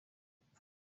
kuburana